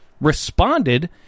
responded